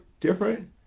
different